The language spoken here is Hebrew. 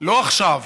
לא עכשיו,